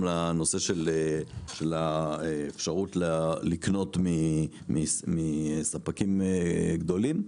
על אפשרות לקנות מספקים גדולים.